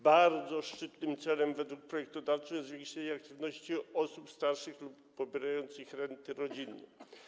Bardzo szczytnym celem według projektodawcy jest zwiększenie aktywności osób starszych lub pobierających renty rodzinne.